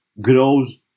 grows